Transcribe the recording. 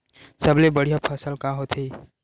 सबले बढ़िया फसल का होथे?